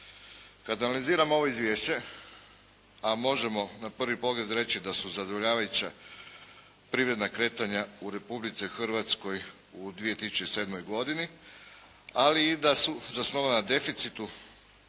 Kada analiziramo ovo Izvješće, a možemo na prvi pogled reći da su zadovoljavajuća privredna kretanja u Republici Hrvatskoj u 2007. godini, ali i da su zasnovala deficitu